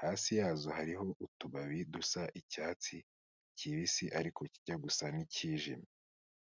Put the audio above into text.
Hasi yazo hariho utubabi dusa icyatsi kibisi ariko kijya gusa n'icyijimye.